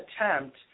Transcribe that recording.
attempt